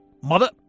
mother